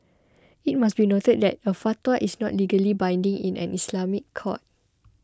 it must be noted that a fatwa is not legally binding in an Islamic court